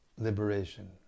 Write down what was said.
liberation